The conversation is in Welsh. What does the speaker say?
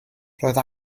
roedd